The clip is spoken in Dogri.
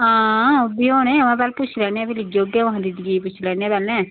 हां ओह् बी होने महां पैह्लें पुच्छी लैन्ने आं ते फअही लेई औन्ने आं महां पैह्लें दीदी गी पुच्छी लैन्ने आं